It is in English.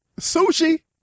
sushi